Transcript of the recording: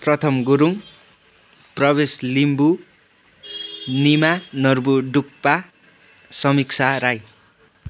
प्रथम गुरुङ प्रवेश लिम्बु निमा नर्बु डुक्पा समीक्षा राई